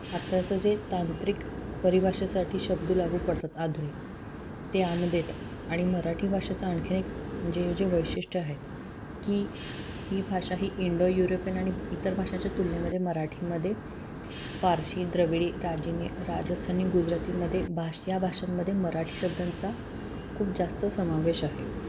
आत्ताचे जे तांत्रिक परिभाषेसाठी शब्द लागू पडतात आधुनिक ते यामध्ये येतात आणि मराठी भाषेचं आणखीन एक म्हणजे जे वैशिष्ट्य आहे की ही भाषा ही इंडो युरोपियन आणि इतर भाषांच्या तुलनेमध्ये मराठीमध्ये फारसी द्रविडी राजिनी राजस्थानी गुजरातीमध्ये भाष या भाषांमध्ये मराठी शब्दांचा खूप जास्त समावेश आहे